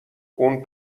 اون